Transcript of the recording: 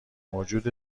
موجود